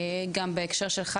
גם בהקשר שלך,